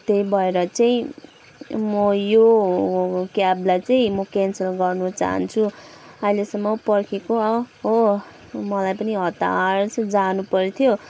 त्यही भएर चाहिँ म यो क्याबलाई चाहिँ म क्यानसल गर्नु चाहन्छु अहिलेसम्म पर्खेको हो मलाई पनि हतार छ जानुपर्थ्यो